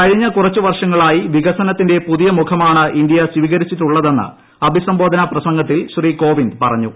കഴിഞ്ഞ കുറച്ചു വർഷങ്ങളായി വികസനത്തിന്റെ പുതിയ മുഖമാണ് ഇന്ത്യ സ്വീകരിച്ചിട്ടുള്ളതെന്ന് അഭിസംബോധനാ പ്രസംഗത്തിൽ ശ്രീ കോവിന്ദ് പറഞ്ഞു